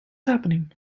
happening